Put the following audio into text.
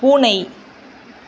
பூனை